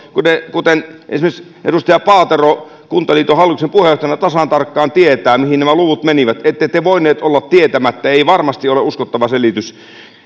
kuten esimerkiksi edustaja paatero kuntaliiton hallituksen puheenjohtajana tasan tarkkaan tietää mihin nämä luvut menivät ette te voineet olla tietämättä ei varmasti ole uskottava selitys